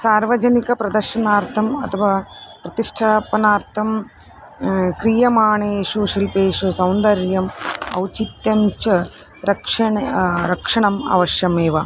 सार्वजनिकप्रदर्शनार्थम् अथवा प्रतिष्ठापनार्थं क्रियमाणेषु शिल्पेषु सौन्दर्यम् औचित्यं च रक्षणं रक्षणम् अवश्यम् एव